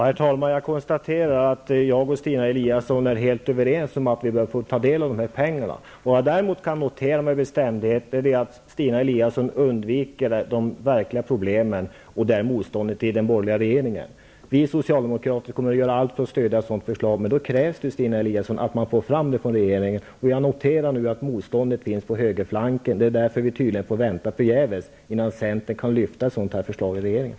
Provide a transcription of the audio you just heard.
Herr talman! Jag konstaterar att jag och Stina Eliasson är helt överens om att vi bör få ta del av de här pengarna. Det jag däremot kan notera med bestämdhet är att Stina Eliasson undviker de verkliga problemen, och det är motståndet i den borgerliga regeringen. Vi socialdemokrater kommer att göra allt för att stödja ett sådant förslag. Men då krävs det, Stina Eliasson, att regeringen får fram det. Jag noterar nu att motståndet finns på högerflanken. Det är tydligen därför vi får vänta förgäves innan centern kan lyfta ett sådan här förslag från regeringen.